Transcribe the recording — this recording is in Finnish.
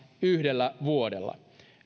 yhdellä vuodella